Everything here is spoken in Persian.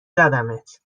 زدمت